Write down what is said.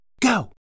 Go